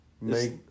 Make